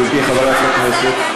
גברתי, חברת הכנסת?